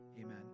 Amen